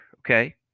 Okay